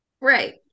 Right